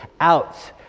out